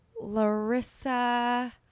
Larissa